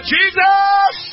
Jesus